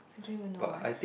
I don't even know why